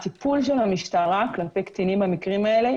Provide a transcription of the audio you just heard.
הטיפול של המשטרה כלפי קטינים במקרים האלה,